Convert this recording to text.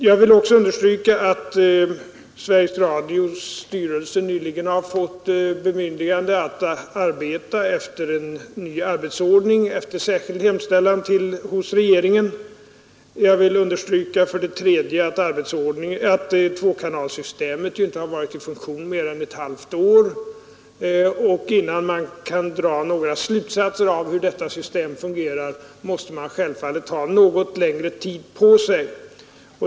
Jag vill också understryka att Sveriges Radios styrelse nyligen har fått bemyndigande att arbeta enligt en ny arbetsordning efter särskild Vidare vill jag erinra om att tvåkanalsystemet inte har varit i funktion mer än ett halvt år, och man måste självfallet ha något längre tid på sig, innan man kan dra några slutsatser av hur det systemet fungerar.